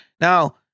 Now